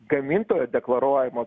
gamintojo deklaruojamo